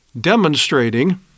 demonstrating